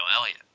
Elliott